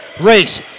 Race